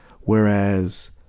whereas